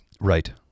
Right